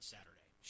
Saturday